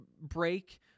break